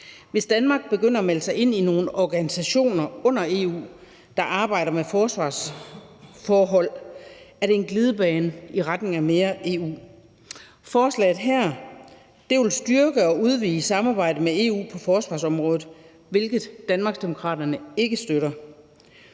Hvis Danmark begynder at melde sig ind i nogle organisationer under EU, der arbejder med forsvarsforhold, er det en glidebane i retning af mere EU. Forslaget her vil styrke og udvide samarbejdet med EU på forsvarsområdet, hvilket Danmarksdemokraterne ikke støtter.